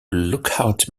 lookout